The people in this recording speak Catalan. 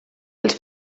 els